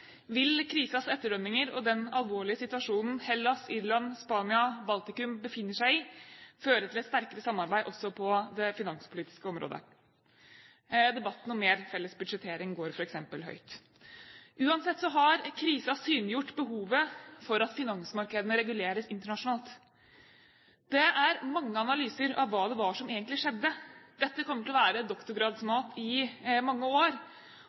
vil krisens etterdønninger og den alvorlige situasjonen Hellas, Irland, Spania og Baltikum befinner seg i, føre til et sterkere samarbeid også på det finanspolitiske området. Debatten om mer felles budsjettering går f.eks. høyt. Uansett har krisen synliggjort behovet for at finansmarkedene reguleres internasjonalt. Det er mange analyser av hva det var som egentlig skjedde. Dette kommer til å være doktorgradsmat i mange år,